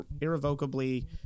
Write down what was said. irrevocably